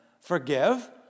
Forgive